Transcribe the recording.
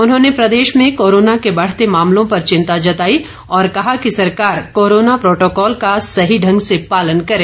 उन्होंने प्रदेश में कोरोना के बढ़ते मामलों पर चिंता जताई और कहा कि सरकार कोरोना प्रोटोकॉल का सही ढंग से पालन करे